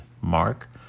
mark